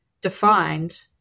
defined